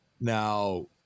now